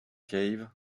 cave